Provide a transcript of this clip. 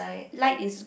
light is